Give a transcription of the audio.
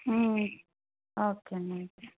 okay అండి అయితే